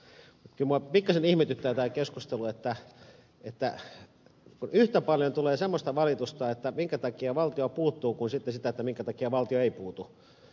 kyllä minua pikkasen ihmetyttää tämä keskustelu kun yhtä paljon tulee semmoista valitusta minkä takia valtio puuttuu kuin sitten sitä minkä takia valtio ei puutu